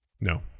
No